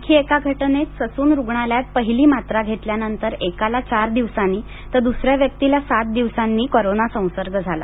आणखी एका घटनेत ससून रुग्णालयात पहिली मात्रा घेतल्यानंतर एकाला चार दिवसांनी तर द्सऱ्या व्यक्तीला सात दिवसांनी करोना संसर्ग झाला